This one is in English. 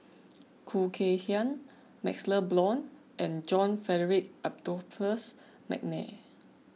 Khoo Kay Hian MaxLe Blond and John Frederick Adolphus McNair